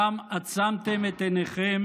שאז עצמתם את עיניכם